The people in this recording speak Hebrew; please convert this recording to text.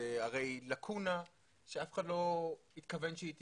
זו הרי לאקונה שאף אחד לא התכוון שהיא תקרה.